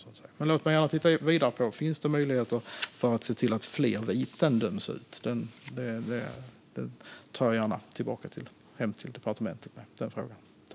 Låt mig som sagt gärna titta vidare på om det finns möjligheter för att se till att fler viten döms ut. Den frågan tar jag gärna tillbaka till departementet.